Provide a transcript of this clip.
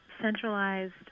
centralized